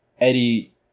Eddie